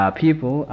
people